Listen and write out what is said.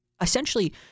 essentially